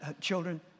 children